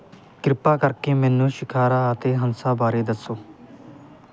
ਕਿਰਪਾ ਕਰਕੇ ਮੈਨੂੰ ਸ਼ਿਖਾਰਾ ਅਤੇ ਹੰਸਾ ਬਾਰੇ ਦੱਸੋ